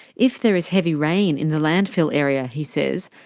if there is heavy rain in the landfill area, he says,